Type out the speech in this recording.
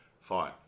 fine